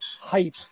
hype